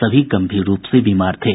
सभी गंभीर रूप से बीमार थे